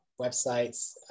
websites